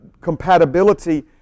compatibility